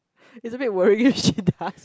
it is a bit worry she die